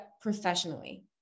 professionally